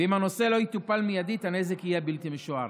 ואם הנושא לא יטופל מיידית, הנזק יהיה בלתי משוער.